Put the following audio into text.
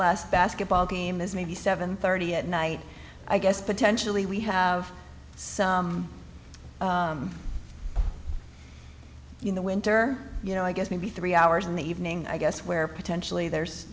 last basketball game is maybe seven thirty at night i guess potentially we have so you know winter you know i guess maybe three hours in the evening i guess where potentially there's